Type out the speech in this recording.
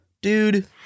Dude